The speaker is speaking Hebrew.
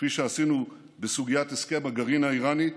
כפי שעשינו בסוגיית הסכם הגרעין האיראני,